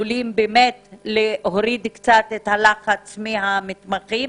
שיורידו את הלחץ מהמתמחים